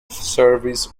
service